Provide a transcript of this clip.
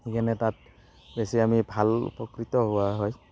নি কেনে তাত বেচি আমি ভাল উপকৃত হোৱা হয়